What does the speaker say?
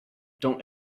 don’t